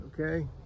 okay